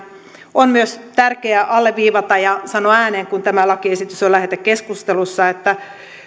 on myös tärkeää alleviivata ja sanoa ääneen kun tämä lakiesitys on lähetekeskustelussa että